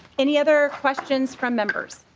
any other questions for members?